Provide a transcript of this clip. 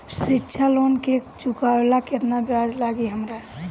शिक्षा लोन के चुकावेला केतना ब्याज लागि हमरा?